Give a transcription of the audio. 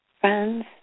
friends